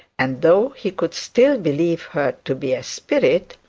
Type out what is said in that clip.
and though he could still believe her to be a spirit,